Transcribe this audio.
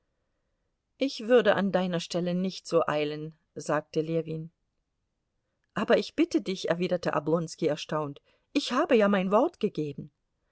ich würde an deiner stelle nicht so eilen sagte ljewin aber ich bitte dich erwiderte oblonski erstaunt ich habe ja mein wort gegeben